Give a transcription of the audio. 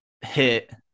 hit